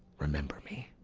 remember me.